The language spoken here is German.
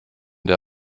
der